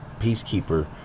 peacekeeper